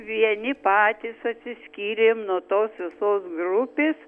vieni patys atsiskyrėm nuo tos visos grupės